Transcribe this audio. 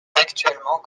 actuellement